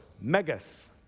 Megas